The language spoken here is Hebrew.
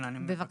כן, אני מבקש.